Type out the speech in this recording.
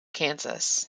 kansas